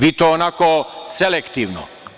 Vi to onako selektivno.